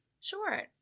Sure